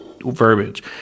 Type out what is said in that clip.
verbiage